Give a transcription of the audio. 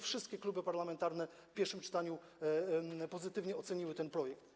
Wszystkie kluby parlamentarne w pierwszym czytaniu pozytywnie oceniły ten projekt.